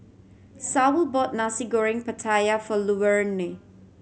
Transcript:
Saul bought Nasi Goreng Pattaya for Luverne